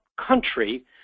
country